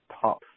top